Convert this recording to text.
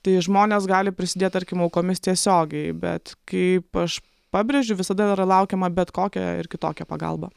tai žmonės gali prisidėti tarkim aukomis tiesiogiai bet kaip aš pabrėžiu visada yra laukiama bet kokia ir kitokia pagalba